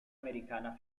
americana